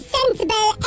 sensible